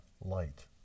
light